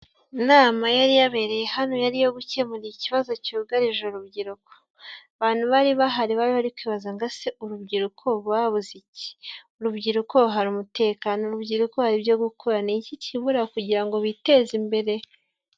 Inama yari yabereye hano yari iyo gukemu ikibazo cyugarije urubyiruko, abantu bari bahari bari bari kwibaza ngo ese urubyiruko babuze iki? Urubyiruko hari umutekano, urubyiruko ibyo gukora, ni iki kibura kugira ngo biteze imbere?